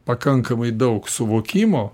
pakankamai daug suvokimo